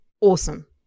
awesome